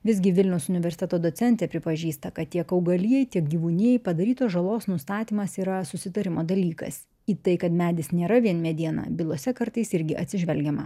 visgi vilniaus universiteto docentė pripažįsta kad tiek augalijai tiek gyvūnijai padarytos žalos nustatymas yra susitarimo dalykas į tai kad medis nėra vien mediena bylose kartais irgi atsižvelgiama